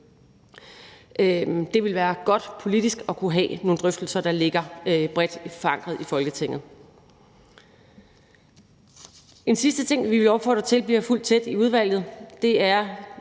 Det vil være godt politisk at kunne have nogle drøftelser, der ligger bredt forankret i Folketinget. En sidste ting, vi vil opfordre til bliver fulgt tæt i udvalget, er